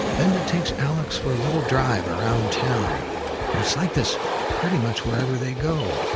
binda takes alex for a little drive around town, and it's like this pretty much wherever they go.